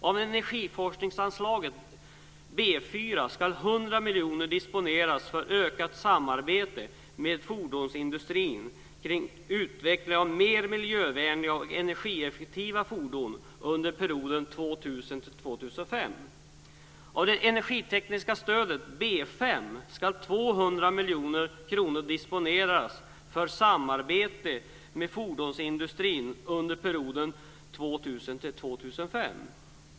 Av energiforskningsanslaget B4 ska 100 miljoner kronor disponeras för ökat samarbete med fordonsindustrin kring utveckling av mer miljövänliga och energieffektiva fordon under perioden 2000-2005. Av energiteknikstödet B5 ska 200 miljoner kronor disponeras för samarbete med fordonsindustrin under perioden 2000-2005.